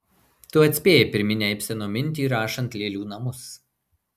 tu atspėjai pirminę ibseno mintį rašant lėlių namus